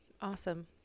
Awesome